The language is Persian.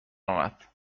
اومد